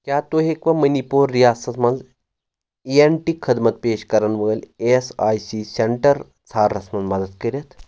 کیٛاہ تُہۍ ہیٚکوا مٔنی پوٗر رِیاستس مَنٛز ایی ایٚن ٹی خدمت پیش کرن وٲلۍ A S I C centre ژھانڈنَس مَنٛز مدد کٔرِتھ